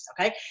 Okay